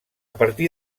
partir